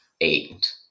eight